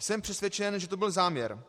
Jsem přesvědčen, že to byl záměr.